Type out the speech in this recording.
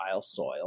soil